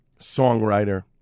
songwriter